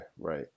right